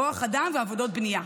כוח אדם ועבודות בנייה,